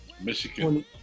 Michigan